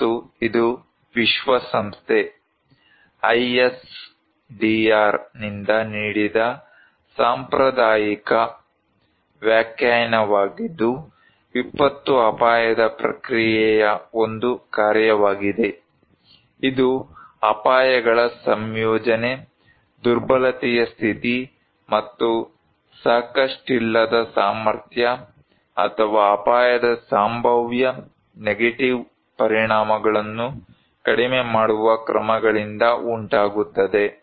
ಮತ್ತು ಇದು ವಿಶ್ವಸಂಸ್ಥೆ ISDR ನಿಂದ ನೀಡಿದ ಸಾಂಪ್ರದಾಯಿಕformal ಪಚಾರಿಕ ವ್ಯಾಖ್ಯಾನವಾಗಿದ್ದು ವಿಪತ್ತು ಅಪಾಯದ ಪ್ರಕ್ರಿಯೆಯ ಒಂದು ಕಾರ್ಯವಾಗಿದೆ ಇದು ಅಪಾಯಗಳ ಸಂಯೋಜನೆ ದುರ್ಬಲತೆಯ ಸ್ಥಿತಿ ಮತ್ತು ಸಾಕಷ್ಟಿಲ್ಲದ ಸಾಮರ್ಥ್ಯ ಅಥವಾ ಅಪಾಯದ ಸಂಭಾವ್ಯ ನೆಗೆಟಿವ್ ಪರಿಣಾಮಗಳನ್ನು ಕಡಿಮೆ ಮಾಡುವ ಕ್ರಮಗಳಿಂದ ಉಂಟಾಗುತ್ತದೆ